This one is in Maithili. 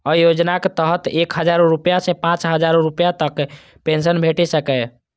अय योजनाक तहत एक हजार रुपैया सं पांच हजार रुपैया तक पेंशन भेटि सकैए